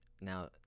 Now